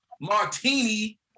martini